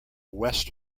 west